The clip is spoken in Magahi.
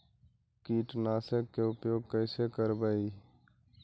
कीटनाशक के उपयोग कैसे करबइ?